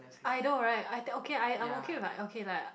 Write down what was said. I know right I think okay I'm okay with like okay lah